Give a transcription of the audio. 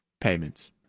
payments